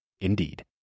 Indeed